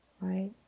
right